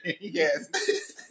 Yes